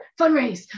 fundraise